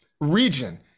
region